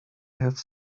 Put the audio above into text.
have